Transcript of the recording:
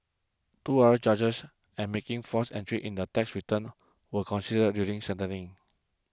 two other charges and making false entries in the tax returns were considered during sentencing